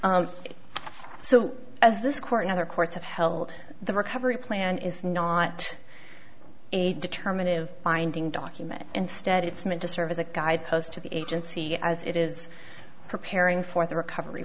case so as this court and other courts have held the recovery plan is not a determinant of binding document instead it's meant to serve as a guide post to the agency as it is preparing for the recovery